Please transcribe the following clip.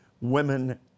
women